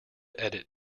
edit